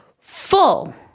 full